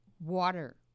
Water